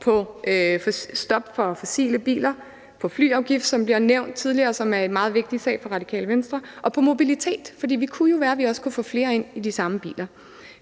på stop for fossile biler. Der er flyafgiften, som er nævnt tidligere, som er en meget vigtig sag for Radikale Venstre. Og så er der også mobilitet, for det kunne jo være, at vi kunne få flere ind i de samme biler.